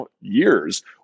years